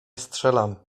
strzelam